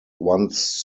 once